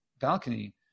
balcony